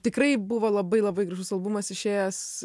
tikrai buvo labai labai gražus albumas išėjęs